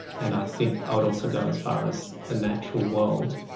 and i think i would also go as far as the natural world,